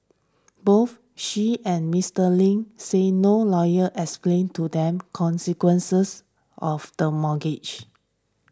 both she and Mister Ling said no lawyer explained to them consequences of the mortgage